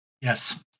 Yes